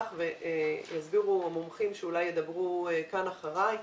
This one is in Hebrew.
ויסבירו המומחים שאולי ידברו כאן אחריי,